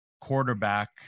quarterback